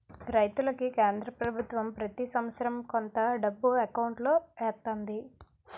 రైతులకి కేంద్ర పభుత్వం ప్రతి సంవత్సరం కొంత డబ్బు ఎకౌంటులో ఎత్తంది